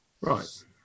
right